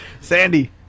Sandy